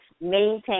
maintain